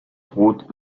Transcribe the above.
rot